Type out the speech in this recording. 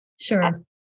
Sure